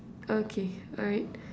okay alright